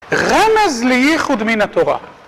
רמז לייחוד מן התורה.